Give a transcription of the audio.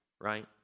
Right